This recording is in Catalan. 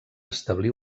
establir